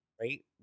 right